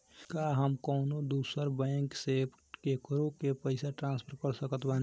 का हम कउनों दूसर बैंक से केकरों के पइसा ट्रांसफर कर सकत बानी?